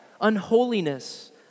unholiness